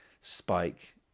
spike